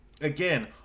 Again